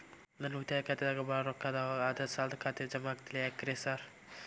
ನನ್ ಉಳಿತಾಯ ಖಾತ್ಯಾಗ ಬಾಳ್ ರೊಕ್ಕಾ ಅದಾವ ಆದ್ರೆ ಸಾಲ್ದ ಖಾತೆಗೆ ಜಮಾ ಆಗ್ತಿಲ್ಲ ಯಾಕ್ರೇ ಸಾರ್?